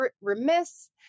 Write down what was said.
remiss